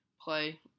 play